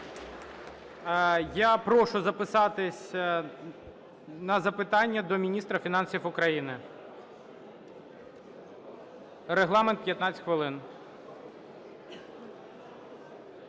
Я прошу записатись на запитання до міністра фінансів України. Регламент – 15 хвилини.